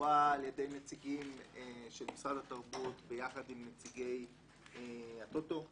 שקבועה על ידי נציגים של משרד התרבות יחד עם נציגי הטוטו.